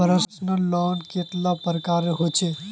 Personal loan कतेला प्रकारेर होचे?